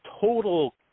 total